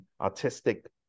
artistic